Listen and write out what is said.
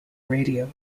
radio